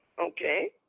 Okay